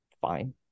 fine